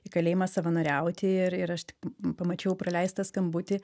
į kalėjimą savanoriauti ir ir aš tik pamačiau praleistą skambutį